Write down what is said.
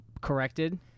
corrected